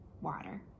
water